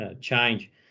change